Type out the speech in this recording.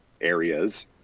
areas